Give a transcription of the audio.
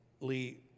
Lee